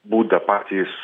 būdą patys